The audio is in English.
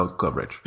coverage